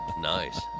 Nice